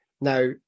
Now